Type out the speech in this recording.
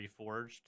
Reforged